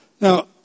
Now